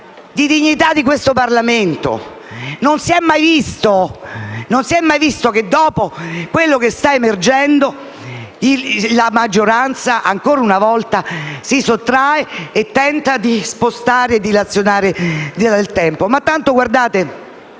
di dignità di questo Parlamento. Non si è mai visto che, dopo quello che sta emergendo, la maggioranza, ancora una volta, si sottragga e tenti di spostare e di dilazionare il confronto nel tempo.